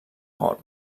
gol